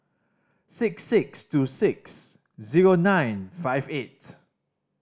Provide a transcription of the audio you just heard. six six two six zero nine five eight